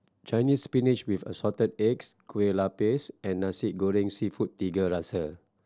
Chinese Spinach with Assorted Eggs Kueh Lopes and Nasi Goreng Seafood Tiga Rasa